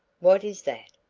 what is that?